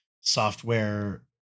software